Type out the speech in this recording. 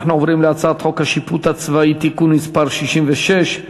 אנחנו עוברים להצעת חוק השיפוט הצבאי (תיקון מס' 66)